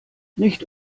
nicht